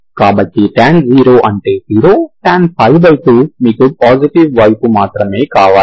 కాబట్టి tan 0 అంటే 0 tan π2 మీకు పాజిటివ్ వైపు మాత్రమే కావాలి